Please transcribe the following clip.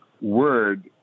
word